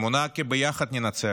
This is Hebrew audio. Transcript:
אמונה כי ביחד ננצח.